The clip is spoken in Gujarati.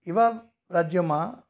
એવા રાજયમાં